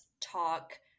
talk